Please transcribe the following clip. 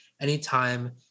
anytime